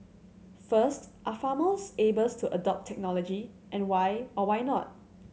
first are farmers able to adopt technology and why or why not